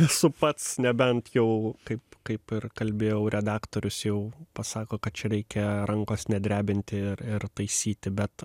esu pats nebent jau kaip kaip ir kalbėjau redaktorius jau pasako kad čia reikia rankos nedrebinti ir ir taisyti bet